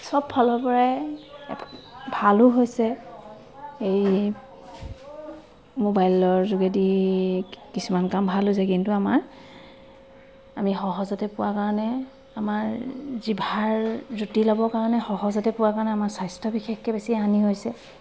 চব ফালৰপৰাই ভালো হৈছে এই মোবাইলৰ যোগেদি কিছুমান কাম ভাল হৈছে কিন্তু আমাৰ আমি সহজতে পোৱাৰ কাৰণে আমাৰ জিভাৰ জুতি ল'ব কাৰণে সহজতে পোৱাৰ কাৰণে আমাৰ স্বাস্থ্য বিশেষকৈ বেছি হানি হৈছে